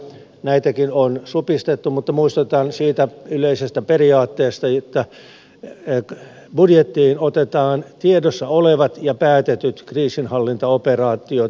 näitäkin on supistettu mutta muistutan siitä yleisestä periaatteesta että budjettiin otetaan tiedossa olevat ja päätetyt kriisinhallintaoperaatiot täysimääräisinä